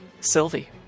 Sylvie